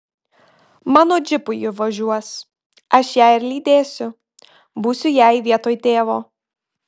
mano džipu ji važiuos aš ją ir lydėsiu būsiu jai vietoj tėvo